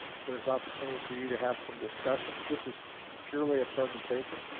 there's opportunity for you to have some discussions, this is purely a presentation.